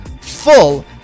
full